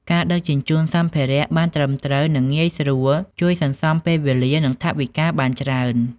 ការដឹកជញ្ជូនសម្ភារៈបានត្រឹមត្រូវនិងងាយស្រួល ជួយសន្សំពេលវេលា និងថវិកាបានច្រើន។